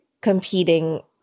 competing